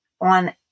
on